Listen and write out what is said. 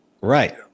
Right